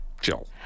chill